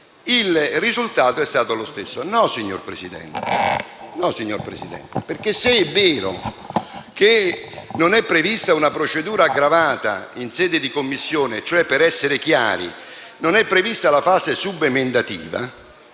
il risultato è stato lo stesso. No, signor Presidente. Se è vero che non è prevista una procedura aggravata in sede di Commissione, e cioè - per essere chiari - non è prevista la fase subemendativa,